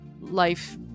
life